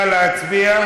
נא להצביע.